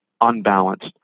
unbalanced